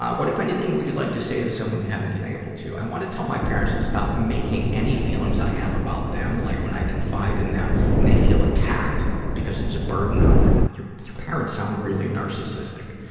what, if anything, would like to say to someone you haven't been able to? i want to tell my parents to stop making any feelings i have about them, like when i confide in them and they feel attacked because it's a burden on them. your, your parents sound really narcissistic.